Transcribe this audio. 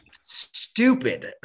stupid